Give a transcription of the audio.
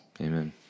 Amen